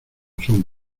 son